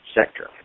sector